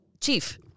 Chief